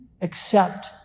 accept